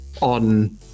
on